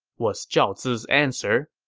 was zhao zi's answer